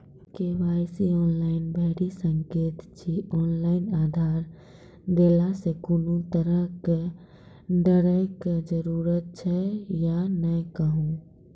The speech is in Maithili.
के.वाई.सी ऑनलाइन भैरि सकैत छी, ऑनलाइन आधार देलासॅ कुनू तरहक डरैक जरूरत छै या नै कहू?